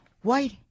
White